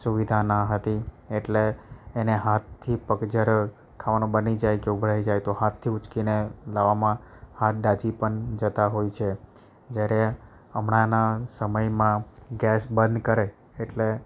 સુવિધા ન હતી એટલે એને હાથથી પગઝર ખાવાનું બની જાય કે ઉભરાઈ જાય તો હાથથી ઊંચકીને લાવવામાં હાથ દાઝી પણ જતાં હોય છે જ્યારે હમણાંના સમયમાં ગેસ બંધ કરે એટલે